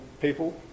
people